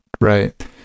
right